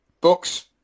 Books